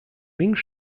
minh